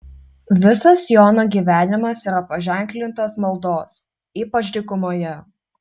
visas jono gyvenimas yra paženklintas maldos ypač dykumoje